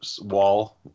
wall